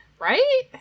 Right